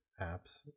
apps